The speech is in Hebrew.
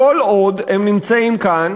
כל עוד הם נמצאים כאן